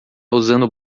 usando